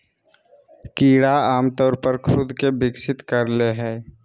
कीड़ा आमतौर पर खुद के विकसित कर ले हइ